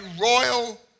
royal